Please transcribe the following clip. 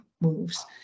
moves